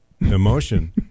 emotion